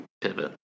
pivot